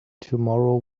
tomorrow